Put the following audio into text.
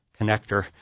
connector